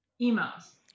Emo's